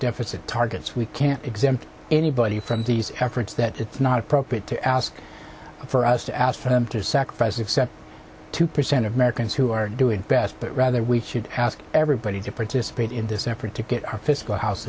deficit targets we can't exempt anybody from these efforts that it's not appropriate to ask for us to ask them to sacrifice of step two percent of americans who are doing best but rather we should ask everybody to participate in this effort to get our fiscal house